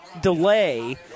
delay